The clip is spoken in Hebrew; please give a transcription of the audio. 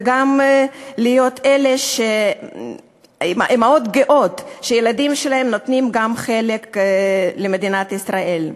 וגם להיות אימהות גאות שהילדים שלהן נותנים למדינת ישראל.